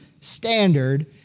standard